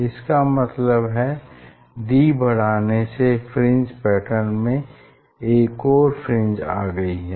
इसका मतलब है d बढ़ाने से फ्रिंज पैटर्न में एक और फ्रिंज आ गयी है